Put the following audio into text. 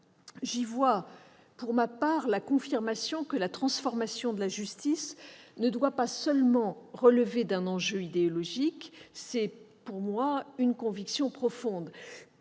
J'y vois la confirmation que la transformation de la justice ne doit pas seulement relever d'un enjeu idéologique. C'est pour moi une conviction profonde.